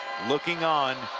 looking on